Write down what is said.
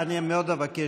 אני מאוד אבקש,